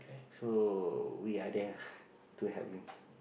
so we are there lah to help them